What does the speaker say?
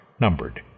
numbered